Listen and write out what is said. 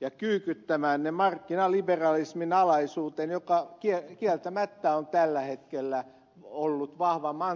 ja kyykyttämään ne markkinaliberalismin alaisuuteen joka kieltämättä on tällä hetkellä ollut vahva mantra